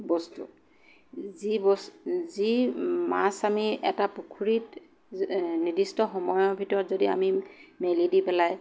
বস্তু যি বস্তু যি মাছ আমি এটা পুখুৰীত নিৰ্দিষ্ট সময়ৰ ভিতৰত যদি আমি মেলি দি পেলাই